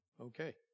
Okay